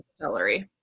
celery